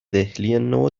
دهلینو